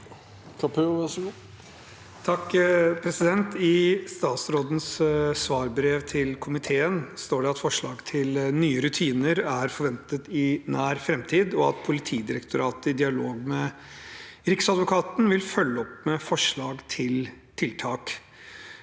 (H) I statsrådens svar- brev til komiteen står det at forslag til nye rutiner er forventet i nær framtid, og at Politidirektoratet i dialog med Riksadvokaten vil følge opp med forslag til tiltak.